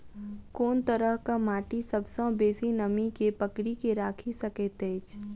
कोन तरहक माटि सबसँ बेसी नमी केँ पकड़ि केँ राखि सकैत अछि?